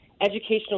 educational